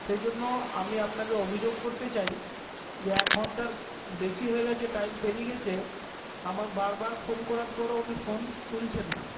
সেই জন্য আমি আপনাকে অভিযোগ করতে চাই যে এক ঘন্টার বেশি হয়ে গেছে টাইম পেরিয়ে গেছে আমার আমার বারবার ফোন করার পরেও উনি ফোন তুলছেন না